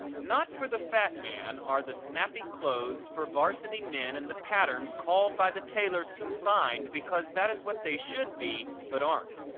not for the fat man are the snappy clothes for varsity men and the patterns called by the tailors confined because that is what they should be but aren't.